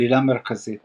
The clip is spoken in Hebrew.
עלילה מרכזית